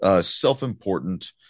self-important